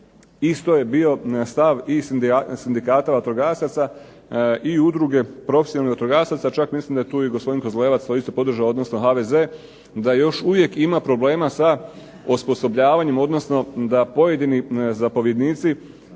isto je bio stav i sindikata vatrogasaca i udruge profesionalnih vatrogasaca, čak mislim da je tu gospodin KOzlevac također podržao, odnosno HVZ, da još uvijek ima problema sa osposobljavanjem, odnosno da pojedini zapovjednici